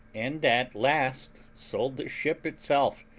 and at last sold the ship itself,